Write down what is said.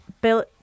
Bill